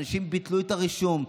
אנשים ביטלו את הרישום.